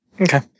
Okay